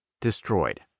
destroyed